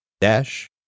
Dash